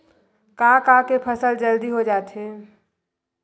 का का के फसल जल्दी हो जाथे?